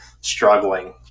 struggling